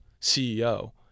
CEO